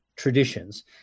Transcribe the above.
traditions